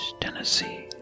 Tennessee